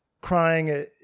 crying